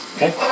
Okay